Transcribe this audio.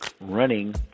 running